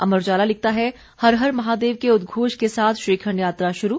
अमर उजाला लिखता है हर हर महादेव के उदघोष के साथ श्रीखंड यात्रा शुरू